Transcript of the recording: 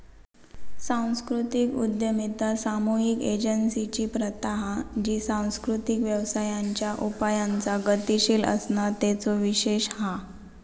सांस्कृतिक उद्यमिता सामुहिक एजेंसिंची प्रथा हा जी सांस्कृतिक व्यवसायांच्या उपायांचा गतीशील असणा तेचो विशेष हा